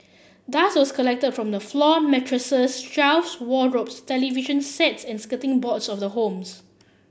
dust was collected from the floor mattresses shelves wardrobes television sets and skirting boards of the homes